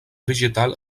végétal